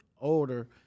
older